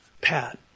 Pat